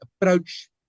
approach